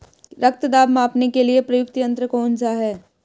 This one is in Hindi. रक्त दाब मापने के लिए प्रयुक्त यंत्र कौन सा है?